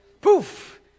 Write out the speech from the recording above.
poof